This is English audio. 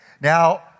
Now